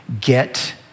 get